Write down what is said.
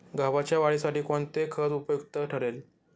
गव्हाच्या वाढीसाठी कोणते खत उपयुक्त ठरेल?